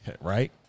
Right